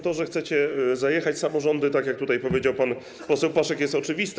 To, że chcecie zajechać samorządy, tak jak tutaj powiedział pan poseł Paszyk, jest oczywiste.